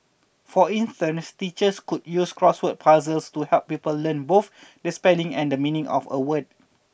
for instance teachers could use crossword puzzles to help pupil learn both the spelling and the meaning of a word